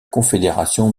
confédération